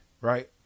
right